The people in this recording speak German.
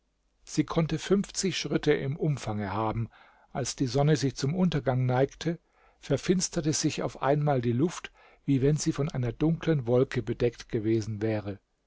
sie konnte fünfzig schritte im umfange haben als die sonne sich zum untergang neigte verfinsterte sich auf einmal die luft wie wenn sie von einer dunklen wolke bedeckt gewesen wäre